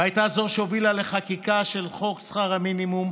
והייתה זו שהובילה לחקיקה של חוק שכר המינימום.